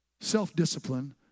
self-discipline